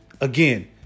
Again